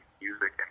music